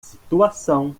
situação